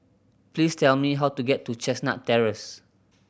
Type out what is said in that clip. please tell me how to get to Chestnut Terrace